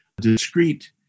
discrete